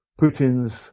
Putin's